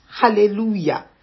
Hallelujah